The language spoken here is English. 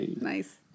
nice